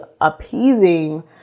appeasing